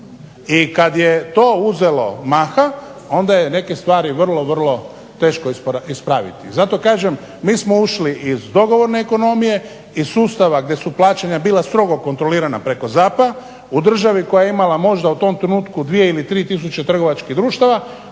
I kad je to uzelo maha onda je neke stvari vrlo, vrlo teško ispraviti. Zato kažem, mi smo ušli iz dogovorne ekonomije, iz sustava gdje su plaćanja bila strogo kontrolirana preko ZAP-a, u državi koja je imala možda u tom trenutku dvije ili tri tisuće trgovačkih društava.